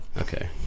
Okay